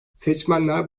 seçmenler